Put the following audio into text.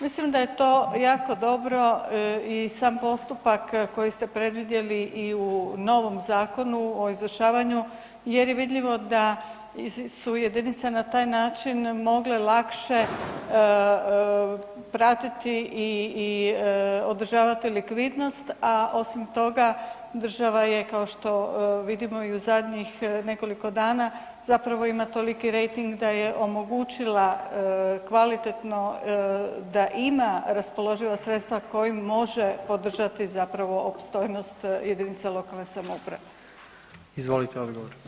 Mislim da je to jako dobro i sam postupak koji ste predvidjeli i u novom Zakonu o izvršavanju jer je vidljivo da su jedinice na taj način mogle lakše pratiti i održavati likvidnost, a osim toga, država je kao što vidimo i u zadnjih nekoliko dana, zapravo ima toliki rejting da je omogućila kvalitetno da ima raspoloživa sredstva kojim može podržati, zapravo, opstojnost jedinica lokalne samouprave.